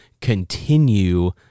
continue